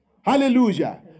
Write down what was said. Hallelujah